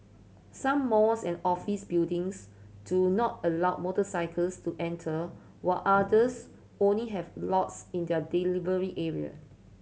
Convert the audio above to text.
some malls and office buildings do not allow motorcycles to enter while others only have lots in their delivery area